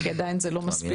כי עדיין זה לא מספיק.